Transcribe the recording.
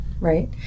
Right